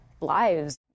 lives